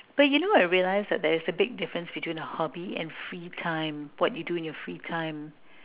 but you know I realize there's a big difference between a hobby and free time what do you do during your free time